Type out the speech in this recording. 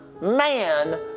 man